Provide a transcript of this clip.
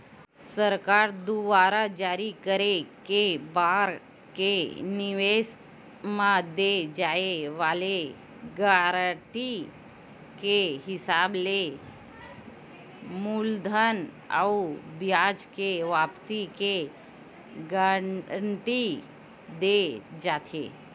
सरकार दुवार जारी करे के बांड के निवेस म दे जाय वाले गारंटी के हिसाब ले मूलधन अउ बियाज के वापसी के गांरटी देय जाथे